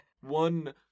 One